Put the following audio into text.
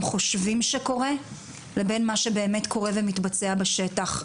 חושבים שקורה לבין מה שבאמת קורה ומתבצע בשטח,